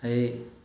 ꯑꯩ